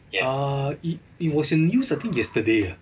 err it it was in news I think yesterday ah